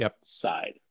side